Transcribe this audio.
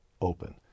open